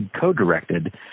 co-directed